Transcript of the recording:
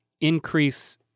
increase